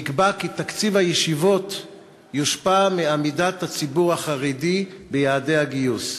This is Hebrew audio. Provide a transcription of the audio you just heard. נקבע כי תקציב הישיבות יושפע מעמידת הציבור החרדי ביעדי הגיוס.